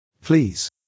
Please